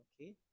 Okay